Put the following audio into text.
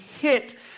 hit